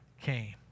came